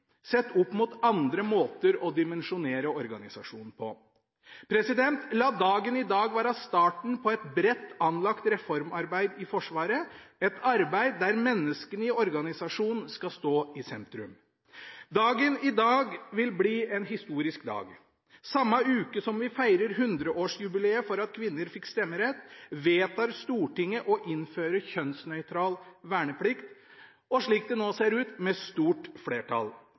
sett opp mot andre måter å dimensjonere organisasjonen på. La dagen i dag være starten på et bredt anlagt reformarbeid i Forsvaret – et arbeid der menneskene i organisasjonen skal stå i sentrum. Dagen i dag vil bli en historisk dag. Samme uke som vi feirer 100-årsjubileet for at kvinner fikk stemmerett, vedtar Stortinget å innføre kjønnsnøytral verneplikt, og slik det ser ut: med stort flertall.